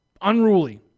unruly